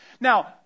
Now